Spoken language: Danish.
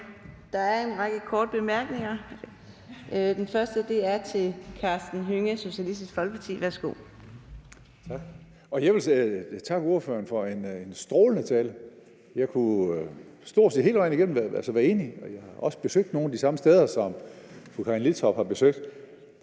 Der er en række korte bemærkninger, og den første er til Karsten Hønge, Socialistisk Folkeparti. Værsgo. Kl. 15:20 Karsten Hønge (SF): Tak. Jeg vil takke ordføreren for en strålende tale. Jeg var stort set hele vejen igennem enig, og jeg har også besøgt nogle af de samme steder, som fru Karin Liltorp har besøgt.